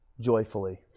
joyfully